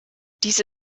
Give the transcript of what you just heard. dies